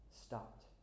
stopped